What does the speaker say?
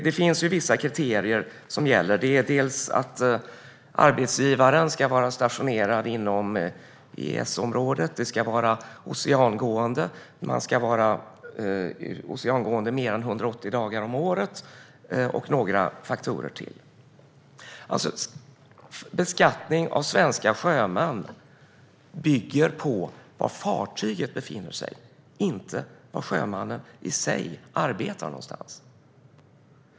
Det finns vissa kriterier som gäller, exempelvis att arbetsgivaren ska vara stationerad inom EES-området och att fartyget ska vara oceangående mer än 180 dagar om året. Beskattning av svenska sjömän bygger på var fartyget befinner sig, inte var sjömannen i sig arbetar.